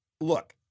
look